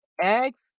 eggs